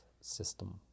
system